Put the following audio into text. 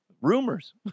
rumors